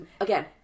again